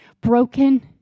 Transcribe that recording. broken